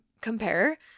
compare